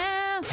Now